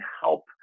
help